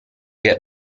get